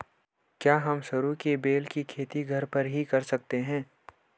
क्या हम सरू के बेल की खेती घर पर ही कर सकते हैं?